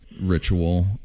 ritual